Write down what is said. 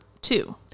two